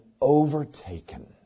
overtaken